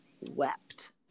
wept